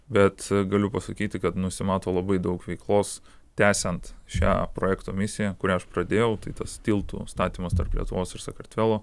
bet galiu pasakyti kad nusimato labai daug veiklos tęsiant šią projekto misiją kurią aš pradėjau tai tas tiltų statymas tarp lietuvos ir sakartvelo